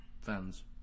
fans